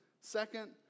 Second